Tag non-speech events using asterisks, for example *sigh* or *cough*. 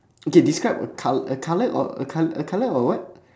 okay describe a col~ a colour or a col~ a colour or what *breath*